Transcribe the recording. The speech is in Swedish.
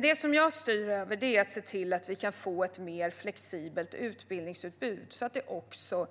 Det som jag styr över är att se till att vi kan få ett mer flexibelt utbildningsutbud, så att det också